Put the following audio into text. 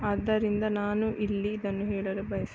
ಆದ್ದರಿಂದ ನಾನು ಇಲ್ಲಿ ಇದನ್ನು ಹೇಳಲು ಬಯಸುತ್ತೇನೆ